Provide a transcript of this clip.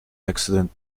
accident